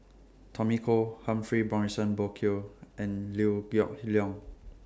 Tommy Koh Humphrey Morrison Burkill and Liew Geok Leong